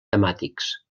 temàtics